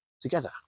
together